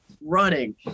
running